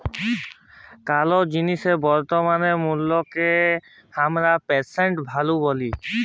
কোলো জিলিসের বর্তমান মুল্লকে হামরা প্রেসেন্ট ভ্যালু ব্যলি